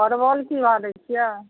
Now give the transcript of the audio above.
परवल की भाव दै छियै